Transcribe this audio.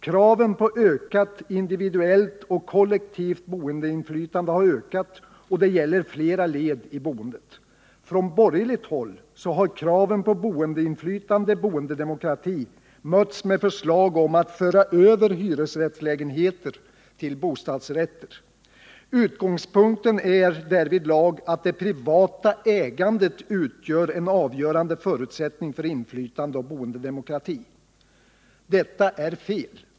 Kraven på ökat individuellt och kollektivt boendeinflytande har ökat och gäller flera led i boendet. Från borgerligt håll har kraven på boendeinflytande, boendedemokrati, mötts med förslag om att föra över hyresrättslägenheter till bostadsrätter. Utgångspunkten är därvidlag att det privata ägandet utgör en avgörande förutsättning för inflytande och boendedemokrati. Detta är fel.